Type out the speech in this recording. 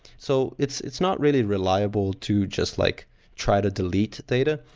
so it's it's not really reliable to just like try to delete data.